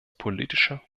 politischer